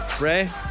Ray